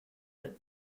that